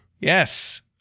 Yes